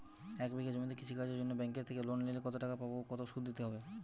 এক বিঘে জমিতে কৃষি কাজের জন্য ব্যাঙ্কের থেকে লোন নিলে কত টাকা পাবো ও কত শুধু দিতে হবে?